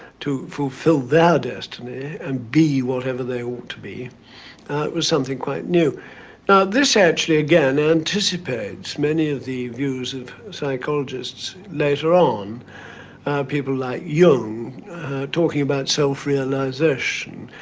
to fulfill their destiny and be whatever they want to be was something quite new. now this actually, again, anticipates many of the views of psychologists later on people like young talking about self-realization.